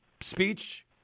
speech